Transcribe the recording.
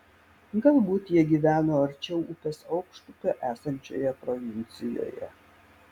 galbūt jie gyveno arčiau upės aukštupio esančioje provincijoje